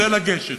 זה לגשת.